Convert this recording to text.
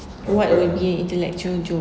what where their intellectual joke